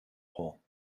whole